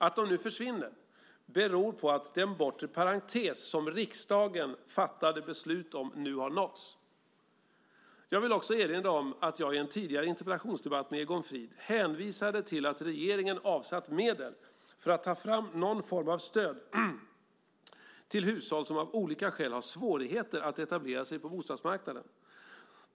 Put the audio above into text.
Att de nu försvinner beror på att den bortre parentes som riksdagen fattade beslut om nu har nåtts. Jag vill också erinra om att jag i en tidigare interpellationsdebatt med Egon Frid hänvisade till att regeringen avsatt medel för att ta fram någon form av stöd till hushåll som av olika skäl har svårigheter att etablera sig på bostadsmarknaden.